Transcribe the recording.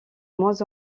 moins